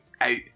out